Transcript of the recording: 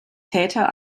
täter